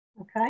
Okay